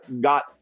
got